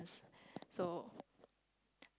so